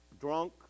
drunk